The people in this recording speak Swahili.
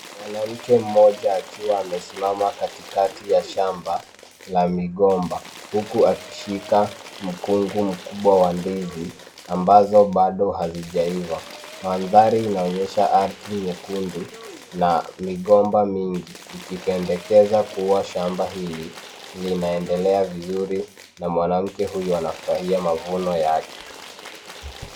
Mwanamke mmoja akiwa amesimama katikati ya shamba la migomba huku akishika mkungu mkubwa wa ndizi ambazo bado hazijaiva. Mandhari inaonyesha ardhi nyekundu na migomba mingi ikipendekeza kuwa shamba hili linaendelea vizuri na mwanamke huyu anafurahia mavuno yake.